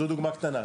זו דוגמה קטנה.